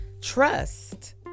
trust